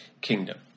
kingdom